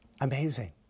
Amazing